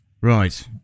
Right